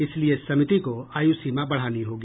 इसलिए समिति को आयुसीमा बढ़ानी होगी